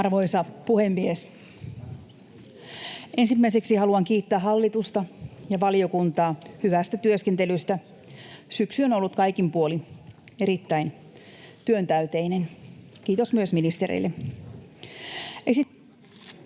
Arvoisa puhemies! Ensimmäiseksi haluan kiittää hallitusta ja valiokuntaa hyvästä työskentelystä. Syksy on ollut kaikin puolin erittäin työntäyteinen. Kiitos myös ministereille.